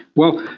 well,